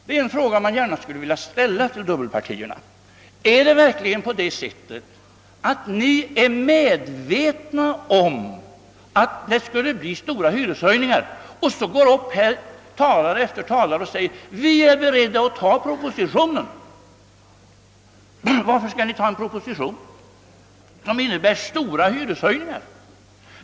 Jag skulle gärna vilja ställa en fråga till dubbelpartierna: Är det verkligen på det sättet att ni är medvetna om att regeringsförslaget skulle medföra stora hyreshöjningar och ändå går upp här, talare efter talare, och förklarar er beredda att godtaga propositionens förslag? Varför skall ni godta ett förslag som innebär stora hyreshöjningar?